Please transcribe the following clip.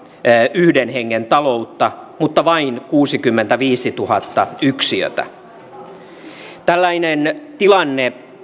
yhden hengen taloutta mutta vain kuusikymmentäviisituhatta yksiötä tällainen tilanne